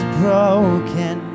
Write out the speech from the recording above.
broken